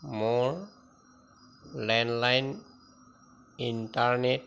মোৰ landline internet